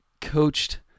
coached